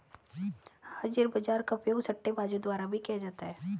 हाजिर बाजार का उपयोग सट्टेबाजों द्वारा भी किया जाता है